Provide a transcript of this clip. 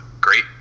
great